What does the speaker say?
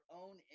own